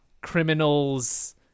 criminals